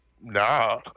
nah